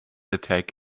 attack